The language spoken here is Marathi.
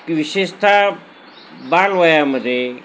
की विशेषतः बाल वयामध्ये